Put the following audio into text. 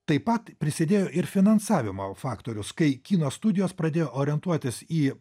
taip pat prisidėjo ir finansavimo faktorius kai kino studijos pradėjo orientuotis į